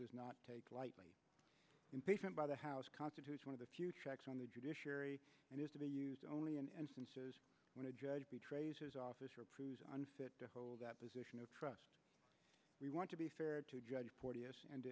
does not take lightly impeachment by the house constitutes one of the few checks on the judiciary and is to be used only in instances when a judge betrays his office or unfit to hold that position of trust we want to be fair to judge forty s and